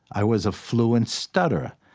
i was a fluent stutterer,